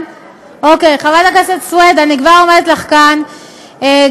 מדינת ישראל היא מדינת הלאום של העם היהודי,